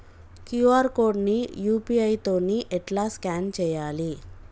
QR code ని UPI తోని ఎట్లా స్కాన్ చేయాలి?